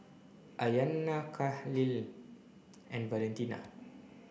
Ayanna Kahlil and Valentina